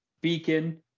beacon